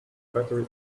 battery